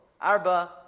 Arba